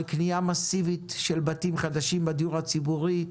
קנייה מסיבית של בתים חדשים בדיור הציבורי,